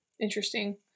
interesting